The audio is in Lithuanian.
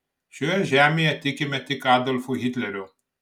šioje žemėje tikime tik adolfu hitleriu